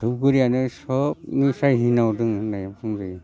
धुपगुरियानो सोबनिसाय हिनजाव दङ होनजायो